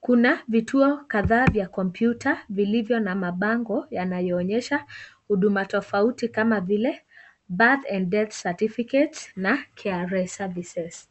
Kuna vituo kadhaa vya kompyuta vilivyo na mabango yanaonyesha huduma tofauti kama vile birth and death certificates na KRA services .